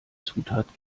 zutat